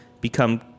become